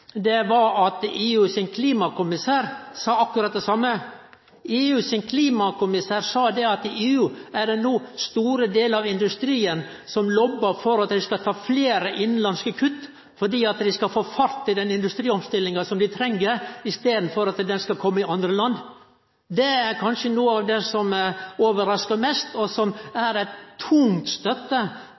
mest, var at EU sin klimakommissær sa akkurat det same. EU sin klimakommissær sa at i EU er det no store delar av industrien som lobbar for at dei skal ta fleire innanlandske kutt, for at dei skal få fart i den industriomstillinga som dei treng, i staden for at ho skal kome i andre land. Det er kanskje noko av det som overraska mest, og som er ei tung støtte